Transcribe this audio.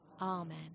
Amen